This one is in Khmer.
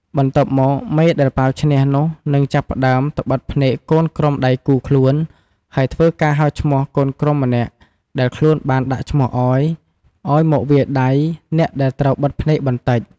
បន្ទាប់មកមេដែលប៉ាវឈ្នះនោះនឹងចាប់ផ្ដើមទៅបិទភ្នែកកូនក្រុមដៃគូខ្លួន ហើយធ្វើការហៅឈ្មោះកូនក្រុមម្នាក់ដែលខ្លួនបានដាក់ឈ្មោះឲ្យ ឲ្យមកវាយដៃអ្នកដែលត្រូវបិទភ្នែកបន្តិច។